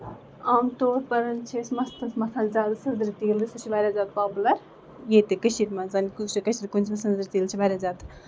عام طور پَر چھِ أسۍ مَستَس مَتھان زیادٕ سٔدرٕ تیٖلٕے سُہ چھُ واریاہ زیادٕ پاپوٗلر ییٚتہِ کٔشیٖر منٛز کٲشُر گژھِ نہٕ کُنہِ سِی زٔنِس سٔدرِ تیٖل چھُ واریاہ زیادٕ